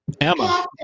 Emma